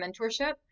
mentorship